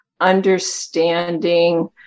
understanding